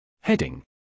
Heading